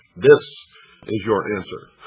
this is your answer.